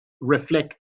reflect